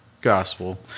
gospel